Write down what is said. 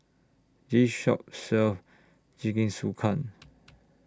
This Shop sells Jingisukan